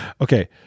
Okay